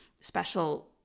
special